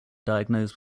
diagnosed